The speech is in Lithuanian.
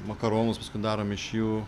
makaronus paskui darom iš jų